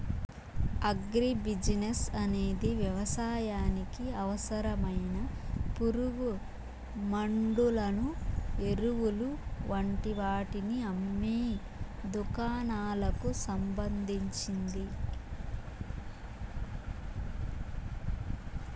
agri business అనేది వ్యవసాయానికి అవసరమైన పురుగుమండులను, ఎరువులు వంటి వాటిని అమ్మే దుకాణాలకు సంబంధించింది